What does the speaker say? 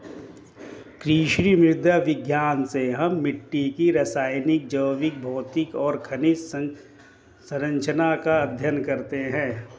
कृषि मृदा विज्ञान में हम मिट्टी की रासायनिक, जैविक, भौतिक और खनिज सरंचना का अध्ययन करते हैं